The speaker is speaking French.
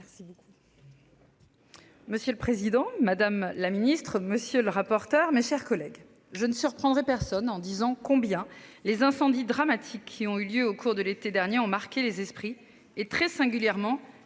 Monsieur le président, madame la ministre, monsieur le rapporteur. Mes chers collègues je ne surprendrai personne en disant combien les incendies dramatiques qui ont eu lieu au cours de l'été dernier ont marqué les esprits et très singulièrement